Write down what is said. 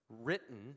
written